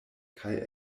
kaj